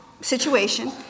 situation